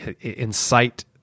incite